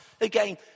again